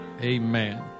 Amen